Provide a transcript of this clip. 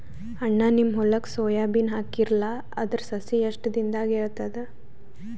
ಅಣ್ಣಾ, ನಿಮ್ಮ ಹೊಲಕ್ಕ ಸೋಯ ಬೀನ ಹಾಕೀರಲಾ, ಅದರ ಸಸಿ ಎಷ್ಟ ದಿಂದಾಗ ಏಳತದ?